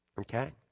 Okay